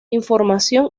información